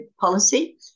policy